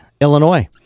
Illinois